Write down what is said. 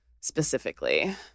specifically